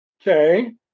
Okay